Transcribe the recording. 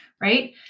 Right